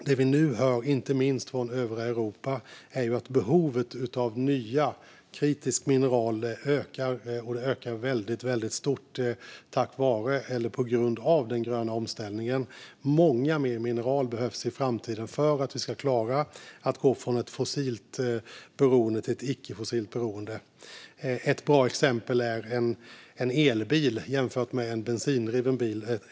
Det vi nu hör, inte minst från övriga Europa, är att behovet av nya, kritiska mineral ökar, och det ökar väldigt stort tack vare, eller på grund av, den gröna omställningen. Många fler mineral behövs i framtiden för att vi ska klara att gå från att vara fossilt beroende till inte vara det. Ett bra exempel är en elbil jämfört med en bensindriven bil.